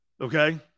Okay